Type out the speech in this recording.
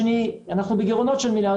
אבל מצד שני, אנחנו בגרעונות של מיליארדים.